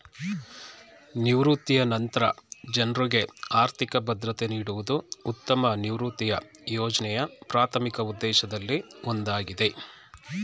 ನಿವೃತ್ತಿಯ ನಂತ್ರ ಜನ್ರುಗೆ ಆರ್ಥಿಕ ಭದ್ರತೆ ನೀಡುವುದು ಉತ್ತಮ ನಿವೃತ್ತಿಯ ಯೋಜ್ನೆಯ ಪ್ರಾಥಮಿಕ ಉದ್ದೇಶದಲ್ಲಿ ಒಂದಾಗಿದೆ